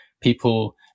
people